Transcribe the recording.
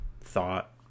thought